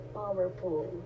powerful